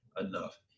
enough